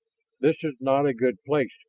this is not a good place,